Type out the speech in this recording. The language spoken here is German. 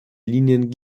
linien